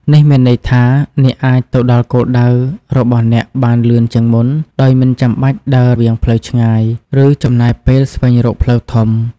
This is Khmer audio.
នេះមានន័យថា អ្នកអាចទៅដល់គោលដៅរបស់អ្នកបានលឿនជាងមុន ដោយមិនចាំបាច់ដើរវាងផ្លូវឆ្ងាយ ឬចំណាយពេលស្វែងរកផ្លូវធំ។